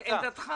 עמדתך.